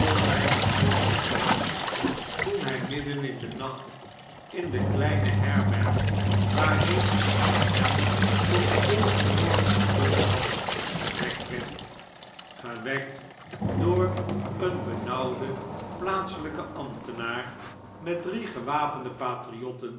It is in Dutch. weinig mogelgk verrast toen hjj midden indennacht in de kleine herberg waarheen men hem tot den volgenden morgen gezonden had gewekt werd gewekt door een benauwden plaatselijken ambtenaar met drie gewapende